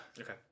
Okay